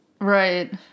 Right